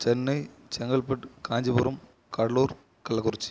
Chennai Chengalpattu Kanchipuram Cuddalore Kallakurichi